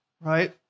right